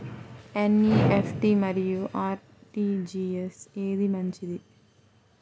NEFT మరియు RTGS ఏది మంచిది?